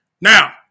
Now